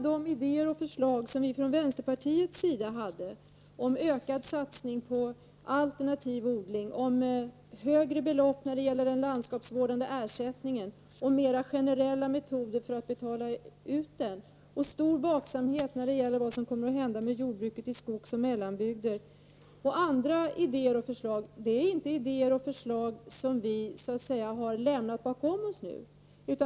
Många idéer och förslag från vänsterpartiet, t.ex. om ökad satsning på alternativ odling, om högre ersättningsbelopp för landsskapsvård och om mer generella metoder för att betala ut ersättningen samt om stor vaksamhet i fråga om vad som kommer att hända med jordbruket i skogsoch mellanbygder, är inte idéer och förslag som vi har lämnat bakom oss.